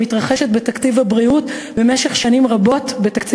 בתקציב הבריאות של מדינת ישראל במשך שנים רבות.